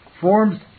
forms